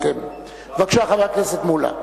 בבקשה, חבר הכנסת מולה.